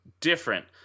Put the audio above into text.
different